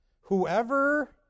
Whoever